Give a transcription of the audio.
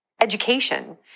education